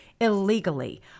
illegally